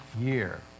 year